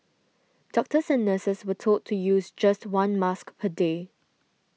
doctors and nurses were told to use just one mask per day